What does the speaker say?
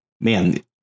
man